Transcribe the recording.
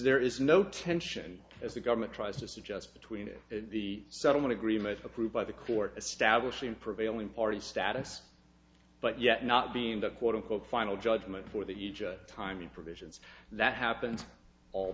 there is no tension as the government tries to suggest between the settlement agreement approved by the court establishing prevailing party status but yet not being the quote unquote final judgment for the timing provisions that happened all